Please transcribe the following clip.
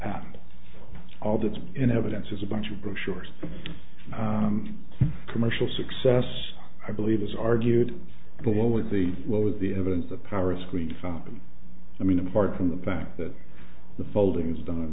at all that's in evidence is a bunch of brochures commercial success i believe is argued below with the low the evidence the powers we found i mean apart from the fact that the folding is done